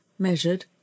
measured